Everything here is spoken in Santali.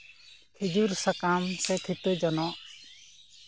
ᱠᱷᱤᱡᱩᱨ ᱥᱟᱠᱟᱢ ᱥᱮ ᱠᱤᱛᱟᱹ ᱡᱚᱱᱚᱜ